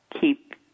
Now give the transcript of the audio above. keep